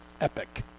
epic